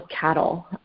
cattle